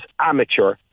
amateur